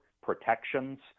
protections